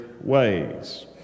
ways